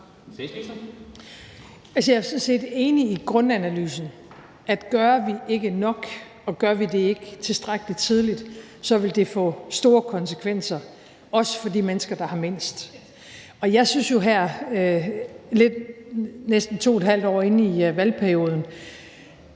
jeg er sådan set enig i grundanalysen: at gør vi ikke nok og gør vi det ikke tilstrækkelig tidligt, så vil det få store konsekvenser, også for de mennesker, der har mindst. Og jeg synes jo her næsten 2½ år inde i valgperioden,